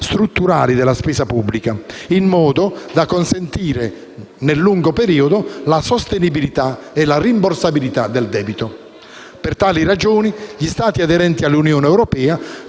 strutturali della spesa pubblica, in modo da consentire nel lungo periodo la sostenibilità e la rimborsabilità del debito. Per tali ragioni, gli Stati aderenti all'Unione europea